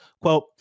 quote